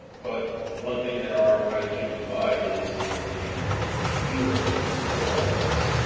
but the one thing that our archives do provide is is a viewer for all this.